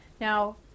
now